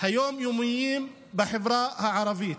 היום-יומיים בחברה הערבית.